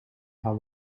haar